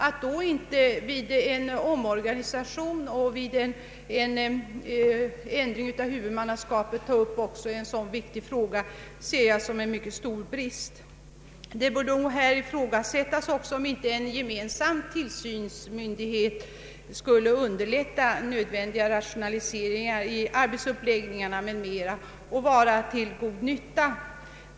Att då inte vid en omorganisation och vid en ändring av huvudmannaskapet också ta upp en sådan viktig fråga som man haft framställan om ser jag som en mycket stor brist. Det bör ifrågasättas om inte en gemensam tillsynsmyndighet skulle underlätta nödvändiga rationaliseringar i arbetsuppläggningarna och i Övrigt vara till god nytta.